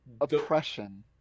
Oppression